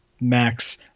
max